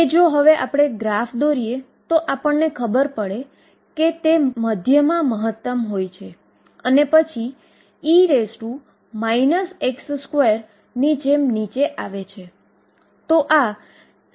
જેનુ 3 ડાઈમેન્શન રીતે 22m Laplacian ટર્મને હવે બદલો છો ત્યારે તેનું બીજું ડેરીવેટીવ ψ સ્ક્વેર થાય છે અને તે r નું ફંક્શન બને છે